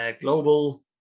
global